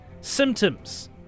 symptoms